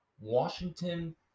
Washington